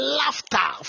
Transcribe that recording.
laughter